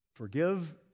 Forgive